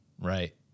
right